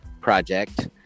project